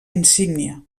insígnia